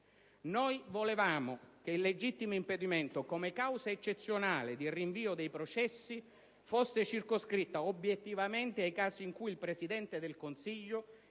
Noi volevamo che il legittimo impedimento, come causa eccezionale di rinvio dei processi, fosse circoscritto obiettivamente ai casi in cui il Presidente del Consiglio